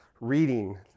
reading